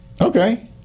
Okay